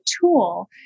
tool